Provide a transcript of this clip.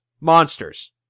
Monsters